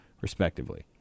respectively